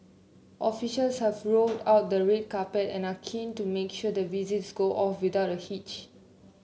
officials have rolled out the red carpet and are keen to make sure the visits go off without a hitch